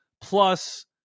plus